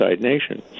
nation